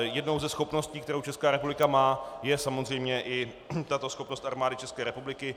Jednou ze schopností, kterou Česká republika má, je samozřejmě i tato schopnost Armády České republiky.